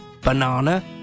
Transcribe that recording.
banana